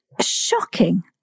shocking